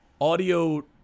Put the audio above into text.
audio